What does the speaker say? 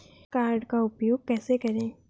श्रेय कार्ड का उपयोग कैसे करें?